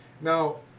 Now